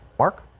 mark